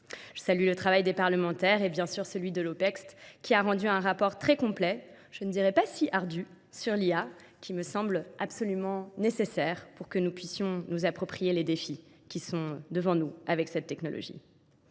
Je salue le travail des parlementaires et bien sûr celui de l'OPEX qui a rendu un rapport très complet, je ne dirais pas si ardu, sur l'IA qui me semble absolument nécessaire pour que nous puissions nous approprier les défis qui sont devant nous avec cette technologie.